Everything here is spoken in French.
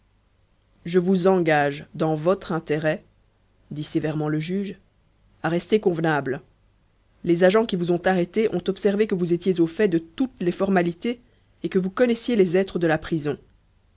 je vous engage dans votre intérêt dit sévèrement le juge à rester convenable les agents qui vous ont arrêté ont observé que vous étiez au fait de toutes les formalités et que vous connaissiez les êtres de la prison